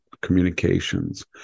communications